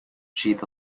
cheap